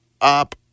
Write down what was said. up